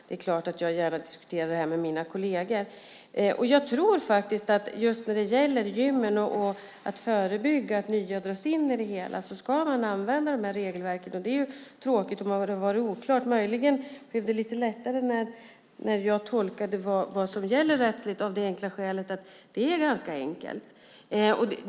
Det är klart att jag gärna diskuterar detta med mina kolleger. Jag tror att man just när det gäller gymmen och att förebygga att nya dras in i det hela ska använda de här regelverken. Det är tråkigt om det har varit oklart. Möjligen blev det lite lättare när jag tolkade vad som rättsligt gäller, av det enkla skälet att det är ganska enkelt.